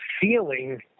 feeling